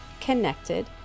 connected